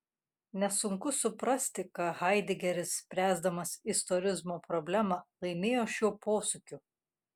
nesunku suprasti ką haidegeris spręsdamas istorizmo problemą laimėjo šiuo posūkiu